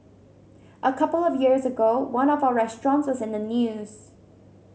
a couple of years ago one of our restaurants was in the news